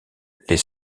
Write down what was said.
les